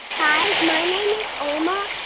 hi. my name is oma.